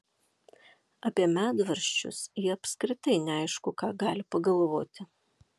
apie medvaržčius ji apskritai neaišku ką gali pagalvoti